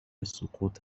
سقوط